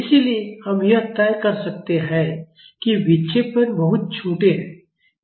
इसलिए हम यह तय कर सकते हैं कि विक्षेपण बहुत छोटे हैं